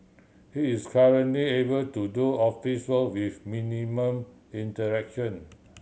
he is currently able to do office work with minimal interaction